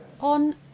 On